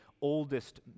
oldest